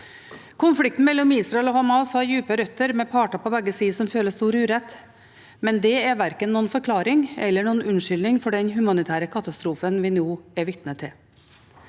Konflikten mellom Israel og Hamas har dype røtter med parter på begge sider som føler stor urett, men det er verken noen forklaring eller noen unnskyldning for den humanitære katastrofen vi nå er vitne til.